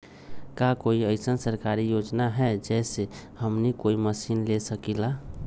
का कोई अइसन सरकारी योजना है जै से हमनी कोई मशीन ले सकीं ला?